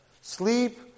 Sleep